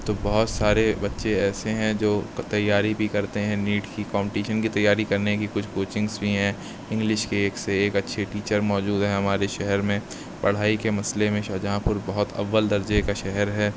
تو بہت سارے بچے ایسے ہیں جو تیاری بھی کرتے ہیں نیٹ کی کمپٹیشن کی تیاری کرنے کی کچھ کوچنگس بھی ہیں انگلش کے ایک سے ایک اچھے ٹیچر موجود ہیں ہمارے شہر میں پڑھائی کے مسئلے میں شاہجہاں پور اول درجے کا شہر ہے